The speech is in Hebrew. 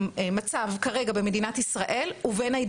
טוב,